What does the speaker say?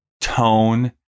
tone